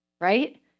right